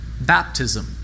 baptism